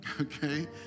okay